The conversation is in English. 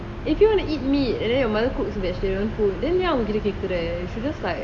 if you want to eat meat and then you mother cooks vegetarian food then ஏன் அவங்க கிட்ட கேக்குற:yean avanga kita keakura should just like